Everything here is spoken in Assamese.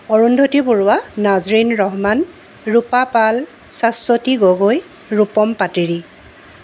অৰুন্ধতী বৰুৱা নাজৰীণ ৰহমান ৰূপা পাল স্বাশ্বতী গগৈ ৰূপম পাটেৰী